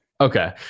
Okay